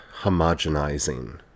homogenizing